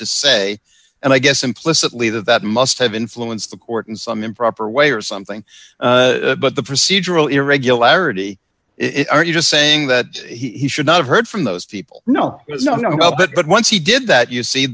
to say and i guess implicitly that must have influenced the court in some improper way or something but the procedural irregularity it are you just saying that he should not have heard from those people no no no no but but once he did that you see